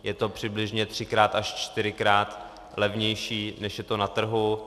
Je to přibližně třikrát až čtyřikrát levnější, než je to na trhu.